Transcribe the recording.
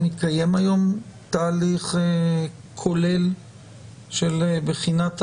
מתקיים היום תהליך כולל של בחינת העניין?